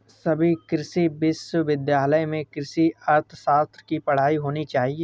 सभी कृषि विश्वविद्यालय में कृषि अर्थशास्त्र की पढ़ाई होनी चाहिए